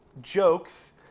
jokes